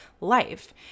life